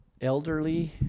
elderly